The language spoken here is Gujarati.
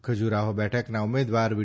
ખજુરાહો બેઠકના ઉમેદવાર વી